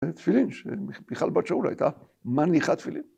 תפילין, שמיכל בת שאולה ‫הייתה מניחה תפילין.